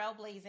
trailblazing